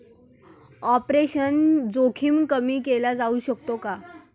Operational जोखीम कमी केली जाऊ शकते का?